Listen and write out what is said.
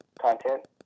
content